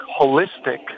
holistic